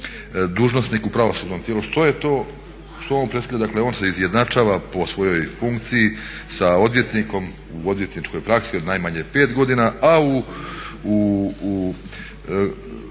dužnosnik u pravosudnom tijelu, što je to, što on predstavlja? Dakle on se izjednačava po svojoj funkciji sa odvjetnikom u odvjetničkoj praksi od najmanje pet godina. A u